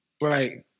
Right